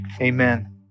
Amen